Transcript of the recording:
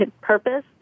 purpose